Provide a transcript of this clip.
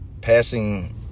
Passing